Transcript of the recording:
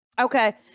okay